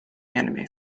anime